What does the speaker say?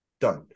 done